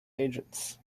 agents